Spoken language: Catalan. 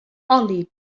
oli